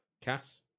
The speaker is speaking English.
Cass